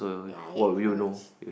ya I hate fruits